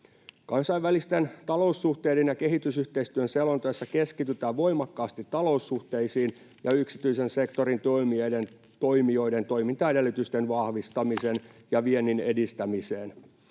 Kansainvälisten taloussuhteiden ja kehitysyhteistyön selonteossa keskitytään voimakkaasti taloussuhteisiin ja yksityisen sektorin toimijoiden toimintaedellytysten vahvistamiseen ja viennin edistämiseen.